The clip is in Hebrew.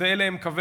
זה לא הגבול.